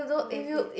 leverage